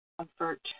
comfort